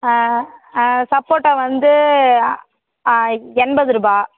சப்போட்டா வந்து எண்பதுரூபா